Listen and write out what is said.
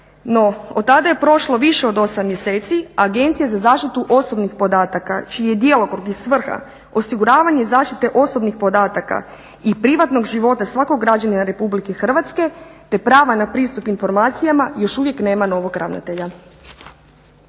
No od tada je prošlo više od 8 mjeseci. Agencija za zaštitu osobnih podataka čiji je djelokrug i svrha osiguravanje zaštite osobnih podataka i privatnog života svakog građanina Republike Hrvatske, te prava na pristup informacijama još uvijek nema novog ravnatelja.